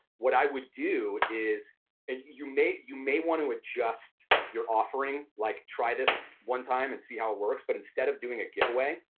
what i would do is you may you may wanna adjust your offering, like try this one time and see how it works but instead of doing a giveaway,